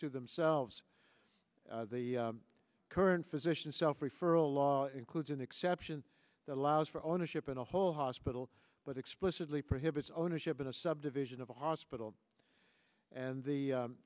to themselves the current physician's self referral law includes an exception that allows for ownership in the whole hospital but explicitly prohibits ownership in a subdivision of a hospital and the